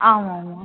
ஆமாமாம்